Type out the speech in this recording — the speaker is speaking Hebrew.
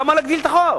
למה להגדיל את החוב?